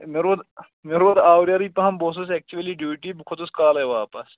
مےٚ روٗد مےٚ روٗد آورَیٚرٕے پَہَم بہٕ اوسُس ایٚکچُؤلی ڈیوٗٹی بہٕ کھوٚتُس کالے واپَس